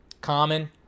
Common